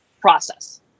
process